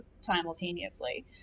simultaneously